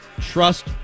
trust